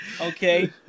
Okay